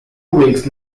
weeks